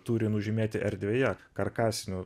turi nužymėti erdvėje karkasiniu